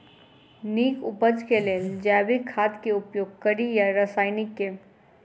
नीक उपज केँ लेल जैविक खाद केँ उपयोग कड़ी या रासायनिक केँ?